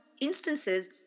instances